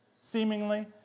seemingly